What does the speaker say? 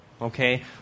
okay